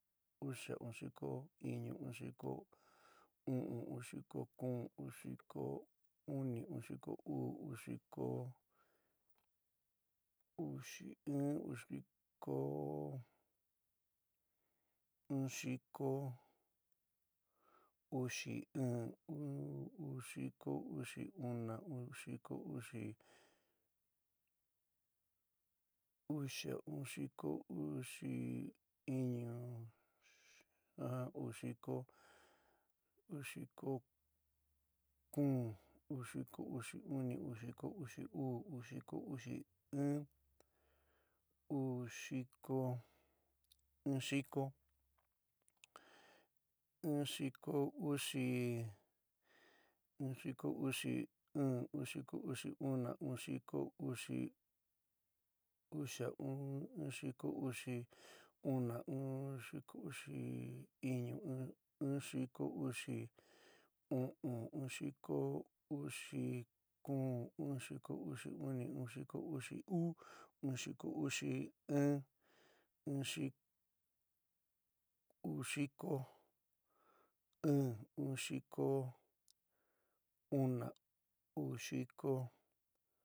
Uxa, uu xiko iñu, uu xiko u'ún, uu xiko kuún, uu xiko uni, uu xiko uú, uu xiko uxi ɨɨn, uu xiko uxi una. uu xiko uxi uxa. uu xiko uxi iñu. uu xiko uxi kuún, uu xiko uxi uni. uu xiko uxi uú. uu xiko uxi in, uu xiko in xiko, in xiko uxi, in xiko uxi ɨɨn. in xiko uxi una, in xiko uxi uxa, in xiko uxi una, in xiko uxi iñu. in xiko uxi, in xiko uxi u'un. in xiko uxi kuún, in xiko uxi uni. in xiko uxi uú. in xiko uxi in, in xik uú xiko ɨɨn. in xiko una, uu xiko.